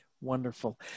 wonderful